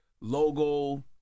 logo